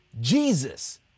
Jesus